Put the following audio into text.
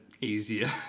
easier